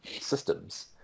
systems